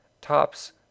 tops